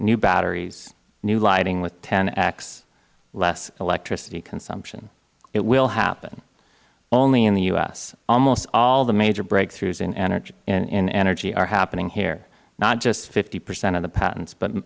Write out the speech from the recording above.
new batteries new lighting with greek e less electricity consumption it will happen only in the u s almost all of the major breakthroughs in energy are happening here not just fifty percent of the patents but